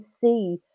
see